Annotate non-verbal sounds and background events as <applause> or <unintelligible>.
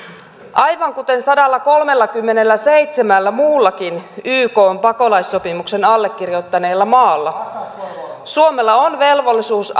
aivan kuten sadallakolmellakymmenelläseitsemällä muullakin ykn pakolaissopimuksen allekirjoittaneella maalla suomella on velvollisuus <unintelligible>